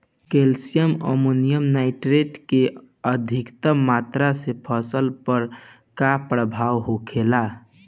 Calcium ammonium nitrate के अधिक मात्रा से फसल पर का प्रभाव होखेला?